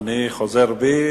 אני חוזר בי.